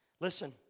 Listen